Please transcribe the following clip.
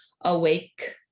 awake